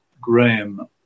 Graham